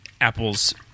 Apple's